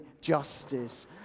justice